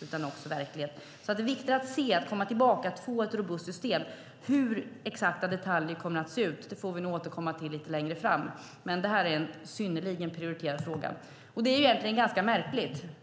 utan också verklighet. Det är viktigt att se, att komma tillbaka och att få ett robust system. Hur exakta detaljer kommer att se ut få vi nog återkomma till lite längre fram, men det här är en synnerligen prioriterad fråga. Det är egentligen ganska märkligt.